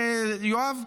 יואב?